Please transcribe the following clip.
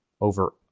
over